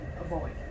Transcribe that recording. avoid